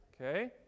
Okay